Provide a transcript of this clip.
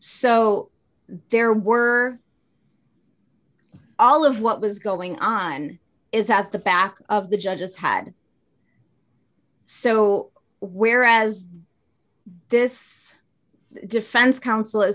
so there were all of what was going on is at the back of the judges had so whereas this defense counsel